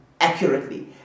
accurately